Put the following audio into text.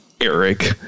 Eric